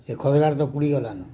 ସେ ଖଦଜଗାଡ଼ ତ ଉପୁଡ଼ି ଗଲାନ